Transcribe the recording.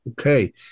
okay